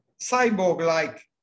cyborg-like